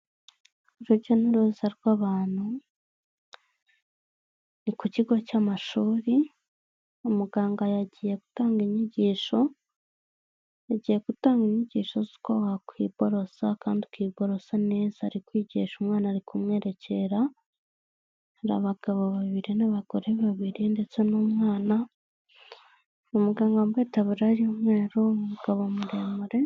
Urujya n'uruza rw'abantu, ku kigo cy'amashuri, umuganga yagiye gutanga inyigisho, agiye gutanga inyigisho z'uko wakwiborosa kandi ukibororosa neza ari kwigisha umwana ari kumwerekera hari abagabo babiri n'abagore babiri ndetse n'umwana, umuganga wambaye itaburiya umwe umugabo muremure.